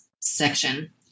section